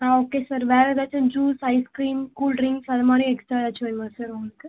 ஆ okay sir வேறு ஏதாச்சும் juice ice cream cool drinks அதை மாதிரி எக்ஸ்ட்ரா எதாச்சும் வேணுமா சார் உங்களுக்கு